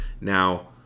now